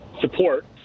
support